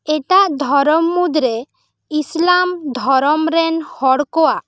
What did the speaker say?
ᱮᱴᱟᱜ ᱫᱷᱚᱨᱚᱢ ᱢᱩᱫᱽᱨᱮ ᱤᱥᱞᱟᱢ ᱫᱷᱚᱨᱚᱢ ᱨᱮᱱ ᱦᱚᱲ ᱠᱚᱣᱟᱜ